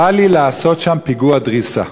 "בא לי לעשות שם פיגוע דריסה".